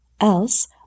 Else